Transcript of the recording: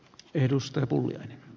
arvoisa puhemies